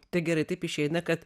tai gerai taip išeina kad